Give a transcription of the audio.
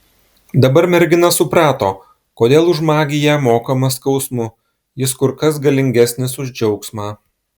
dabar mergina suprato kodėl už magiją mokama skausmu jis kur kas galingesnis už džiaugsmą